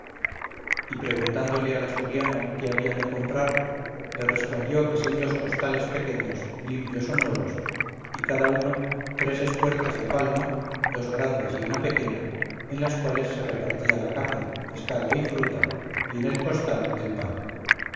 y preguntándole al asturiano qué habían de comprar les respondió que sendos costales pequeños limpios o nuevos y cada uno tres espuertas de palma dos grandes y una pequeña en las cuales se repartía la carne pescado y fruta y en el costal el pan